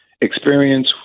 experience